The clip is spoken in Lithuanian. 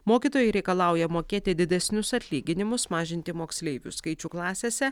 mokytojai reikalauja mokėti didesnius atlyginimus mažinti moksleivių skaičių klasėse